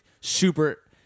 super